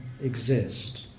exist